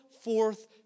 forth